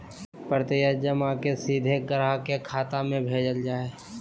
प्रत्यक्ष जमा के सीधे ग्राहक के खाता में भेजल जा हइ